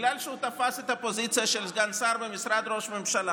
בגלל שהוא תפס את הפוזיציה של סגן שר במשרד ראש ממשלה,